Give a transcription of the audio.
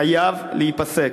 חייב להיפסק.